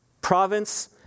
province